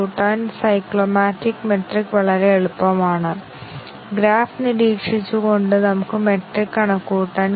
കൂടാതെ ഒരു atomic condition സത്യവും തെറ്റായതുമായ മൂല്യം എടുക്കുമ്പോൾ മറ്റ് ആറ്റോമിക് കണ്ടിഷൻ സത്യ മൂല്യങ്ങൾ സ്ഥിരമായി നിലനിർത്തണം